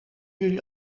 jullie